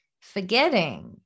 forgetting